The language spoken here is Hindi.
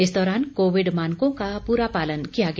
इस दौरान कोविड मानकों का पूरा पालन किया गया